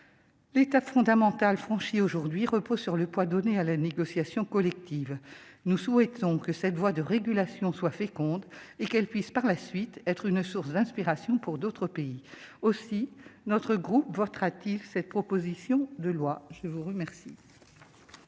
L'étape fondamentale franchie aujourd'hui repose sur le poids donné à la négociation collective. Nous souhaitons que cette voie de régulation soit féconde, et qu'elle puisse par la suite être une source d'inspiration pour d'autres pays. Aussi notre groupe votera-t-il ce projet de loi. La parole